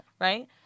right